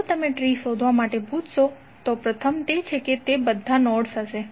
જો તમે ટ્રી શોધવા માટે પૂછશો તો પ્રથમ તે છે કે તેમાં બધા નોડ્સ હશે